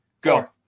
go